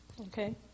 Okay